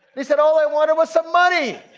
he said, all i want was some money.